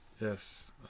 yes